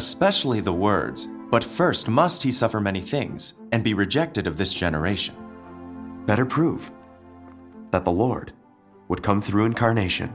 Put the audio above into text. especially the words but st must he suffer many things and be rejected of this generation better prove that the lord would come through incarnation